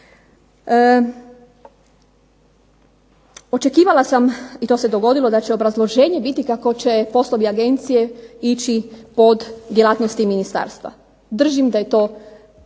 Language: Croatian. Očekivala sam, i to se dogodilo, da će obrazloženje biti kako će poslovi agencije ići pod djelatnosti ministarstva. Držim da je to